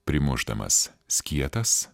primušdamas skietas